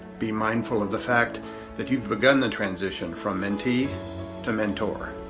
be mindful of the fact that you've begun the transition from mentee to mentor.